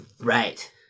right